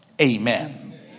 Amen